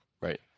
right